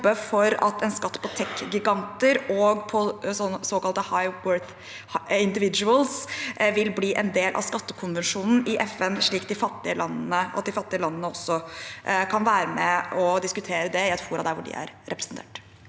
for at en skatt på tech-giganter og på såkalte «high-networth individuals» vil bli en del av skattekonvensjonen i FN, slik at de fattige landene også kan være med og diskutere det i et forum hvor de er representert.